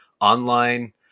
online